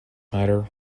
matter